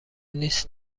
نیز